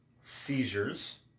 seizures